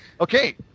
Okay